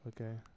Okay